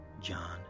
John